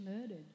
murdered